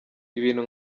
ibintu